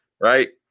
Right